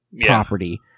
property